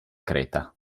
creta